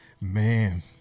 Man